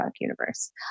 universe